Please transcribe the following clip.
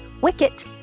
Wicket